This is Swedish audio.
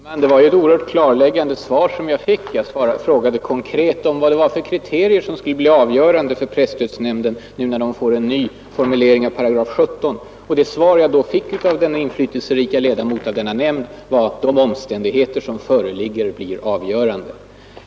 Herr talman! Det var ett oerhört klarläggande svar jag fick. Jag frågade konkret om vilka kriterier som skulle bli avgörande för presstödsnämnden när det blir en ny formulering av 17 §. Det svar jag då fick av denne inflytelserike ledamot av nämnden, herr Karlsson i Huskvarna, var att de omständigheter som föreligger blir avgörande.